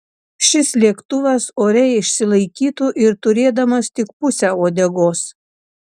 šis lėktuvas ore išsilaikytų ir turėdamas tik pusę uodegos